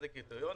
איזה קריטריונים?